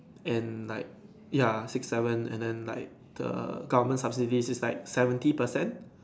and like ya six seven and then like the government subsidies is like seventy percent